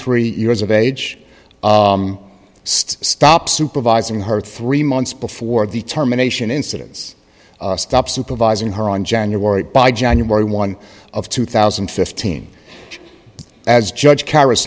three years of age stop supervising her three months before determination incidence stop supervising her on january by january one of two thousand and fifteen as judge